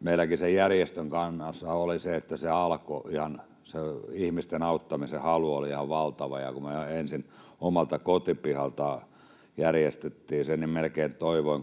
Meilläkin sen järjestön kanssa oli se, että se alkoi ihan siitä, että ihmisten auttamisen halu oli ihan valtava, ja kun me ensin omalta kotipihalta järjestettiin se, niin melkein toivoin